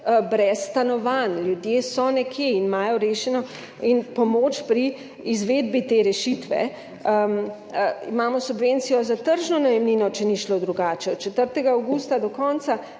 brez stanovanj, ljudje so nekje in imajo rešeno in pomoč pri izvedbi te rešitve, imamo subvencijo za tržno najemnino, če ni šlo drugače, od 4. avgusta do konca